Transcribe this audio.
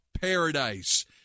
paradise